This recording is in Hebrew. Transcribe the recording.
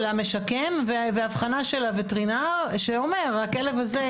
המשכן ואבחנה של הווטרינר שאומר הכלב הזה,